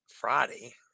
Friday